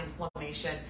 inflammation